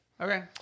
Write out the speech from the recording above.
okay